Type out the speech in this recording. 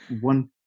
one